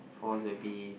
fourth will be